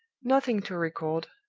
nothing to record,